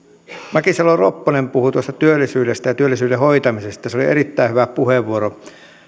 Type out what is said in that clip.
mäkisalo ropponen puhui tuosta työllisyydestä ja työllisyyden hoitamisesta se oli erittäin hyvä puheenvuoro